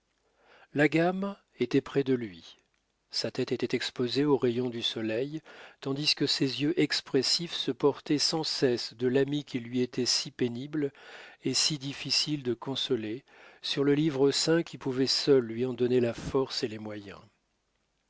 la gamme était près de lui sa tête était exposée aux rayons du soleil tandis que ses yeux expressifs se portaient sans cesse de l'ami qu'il lui était si pénible et si difficile de consoler sur le livre saint qui pouvait seul lui en donner la force et les moyens